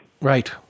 Right